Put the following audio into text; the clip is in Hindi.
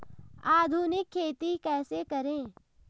आधुनिक खेती कैसे करें?